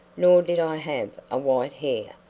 nor did i have a white hair.